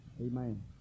Amen